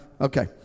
Okay